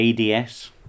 ADS